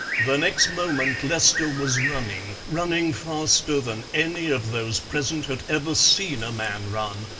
the next moment lester was running, running faster than any of those present had ever seen a man run,